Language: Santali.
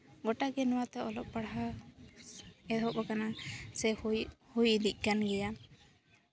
ᱜᱳᱴᱟᱜᱮ ᱱᱚᱣᱟᱛᱮ ᱚᱞᱚᱜ ᱯᱟᱲᱦᱟᱣ ᱮᱦᱚᱵ ᱠᱟᱱᱟ ᱥᱮ ᱦᱩᱭ ᱦᱩᱭ ᱤᱫᱤᱜ ᱠᱟᱱ ᱜᱮᱭᱟ